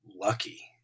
lucky